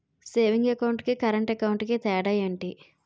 Savings account కి current account కి తేడా ఏమిటి?